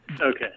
Okay